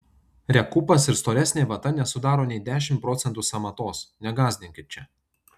rekupas ir storesnė vata nesudaro nei dešimt procentų sąmatos negąsdinkit čia